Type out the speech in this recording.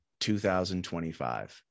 2025